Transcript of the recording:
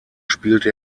spielte